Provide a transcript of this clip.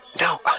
No